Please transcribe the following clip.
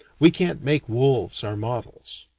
we can't make wolves our models.